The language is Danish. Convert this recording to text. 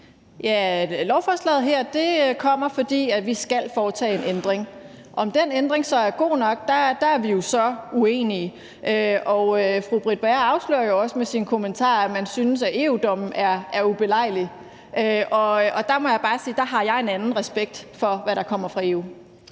Lovforslaget her kommer, fordi vi skal foretage en ændring. Om den ændring er god nok, er vi jo så uenige om. Fru Britt Bager afslører jo også med sin kommentar, at man synes, at EU-dommen er ubelejlig. Og der må jeg bare sige, at jeg har en anden respekt for, hvad der kommer fra EU.